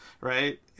right